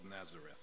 Nazareth